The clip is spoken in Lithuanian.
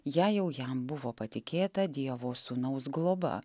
jei jau jam buvo patikėta dievo sūnaus globa